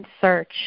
search